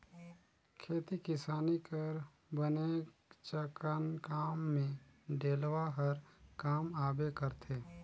खेती किसानी कर बनेचकन काम मे डेलवा हर काम आबे करथे